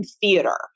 theater